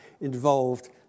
involved